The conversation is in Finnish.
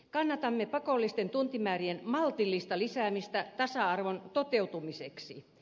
kannatamme pakollisten tuntimäärien maltillista lisäämistä tasa arvon toteutumiseksi